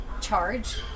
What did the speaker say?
charge